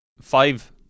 five